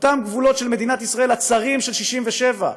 אותם גבולות מדינת ישראל הצרים של 67'